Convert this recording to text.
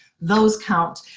those count.